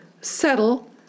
settle